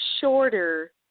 shorter